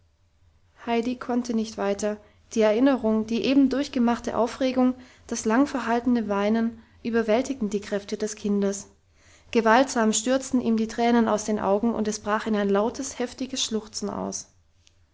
heidi konnte nicht weiter die erinnerung die eben durchgemachte aufregung das lang verhaltene weinen überwältigten die kräfte des kindes gewaltsam stürzten ihm die tränen aus den augen und es brach in ein lautes heftiges schluchzen aus